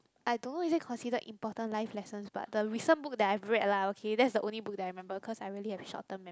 I don't know is it considered important life lessons but the recent book that I have read lah okay that's the only book that I remember cause I really have short term mem~